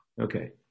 Okay